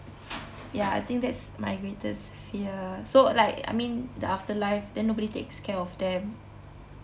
ya I think that's my greatest fear so like I mean the afterlife then nobody takes care of them